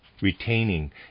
retaining